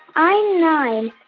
i'm nine.